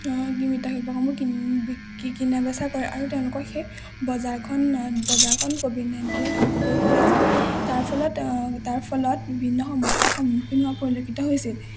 মৃৎশিল্পসমূহ কিনি বিকি কিনাবেচা কৰে আৰু তেওঁলোকক সেই বজাৰখন বজাৰখন ক'ভিড নাইণ্টিনে ধ্বংস কৰি পেলাইছিল তাৰ ফলত তাৰ ফলত বিভিন্ন সমস্যাৰ সন্মুখীন হোৱা পৰিলক্ষিত হৈছিল